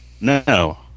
No